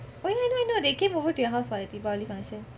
oh ya I know I know they came over to your house [what] the deepavali function